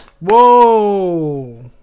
Whoa